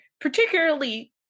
particularly